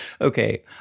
okay